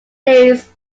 days